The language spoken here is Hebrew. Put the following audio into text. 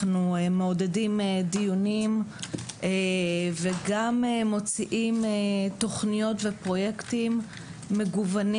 אנחנו מעודדים דיונים וגם מוציאים תוכניות ופרויקטים מגוונים